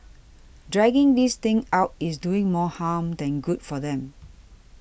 dragging this thing out is doing more harm than good for them